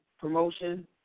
promotion